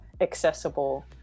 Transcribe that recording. accessible